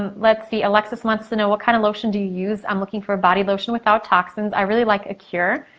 um let's see, alexis wants to know, what kind of lotion do you use? i'm looking for a body lotion without toxins. i really like acure.